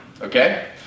okay